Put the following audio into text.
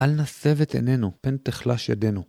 אל נשב את עינינו, פן תחלש ידינו.